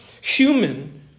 human